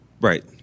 Right